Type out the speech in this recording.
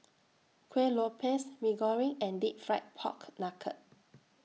Kueh Lopes Mee Goreng and Deep Fried Pork Knuckle